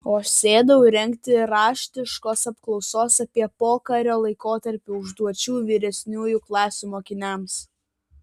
o aš sėdau rengti raštiškos apklausos apie pokario laikotarpį užduočių vyresniųjų klasių mokiniams